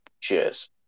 Cheers